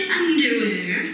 underwear